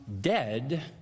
dead